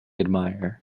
admire